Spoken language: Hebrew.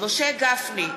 משה גפני,